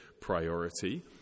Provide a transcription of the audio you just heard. priority